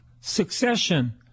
succession